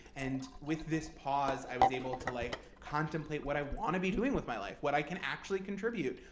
and with this pause, i was able to like contemplate what i want to be doing with my life, what i can actually contribute.